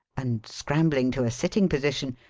and scrambling to a sitting position,